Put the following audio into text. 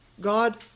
God